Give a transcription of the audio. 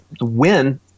win